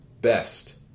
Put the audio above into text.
best